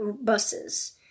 buses